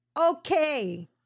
Okay